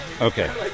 Okay